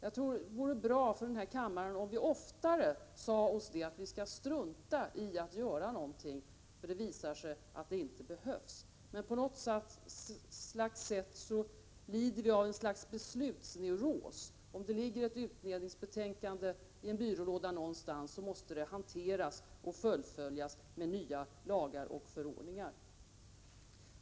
Det vore bra om vi i kammaren oftare sade att vi struntar i att göra någonting när det inte behövs. Men vi lider av något slags beslutsneuros — om det ligger ett utredningsbetänkande i en byrålåda någonstans, måste det hanteras och fullföljas med nya lagar och förordningar.